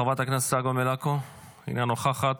חברת הכנסת צגה מלקו, אינה נוכחת.